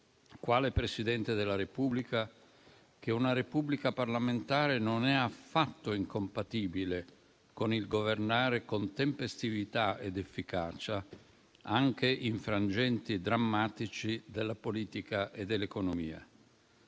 quale Presidente della Repubblica, che una Repubblica parlamentare non è affatto incompatibile con il governare con tempestività ed efficacia, anche in frangenti drammatici della politica e dell'economia.